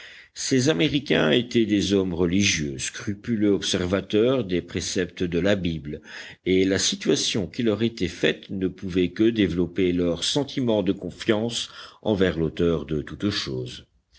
ces américains étaient des hommes religieux scrupuleux observateurs des préceptes de la bible et la situation qui leur était faite ne pouvait que développer leurs sentiments de confiance envers l'auteur de toutes choses